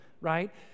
right